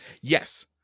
Yes